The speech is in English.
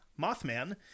Mothman